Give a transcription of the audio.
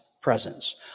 presence